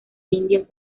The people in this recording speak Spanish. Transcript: indias